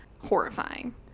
horrifying